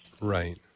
Right